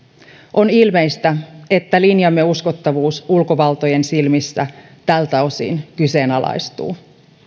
on ilmeistä että linjamme uskottavuus ulkovaltojen silmissä tältä osin kyseenalaistuu